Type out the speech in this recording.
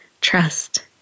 trust